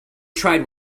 tried